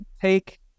take